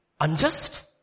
unjust